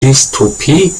dystopie